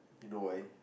you know why